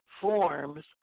forms